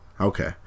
Okay